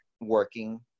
working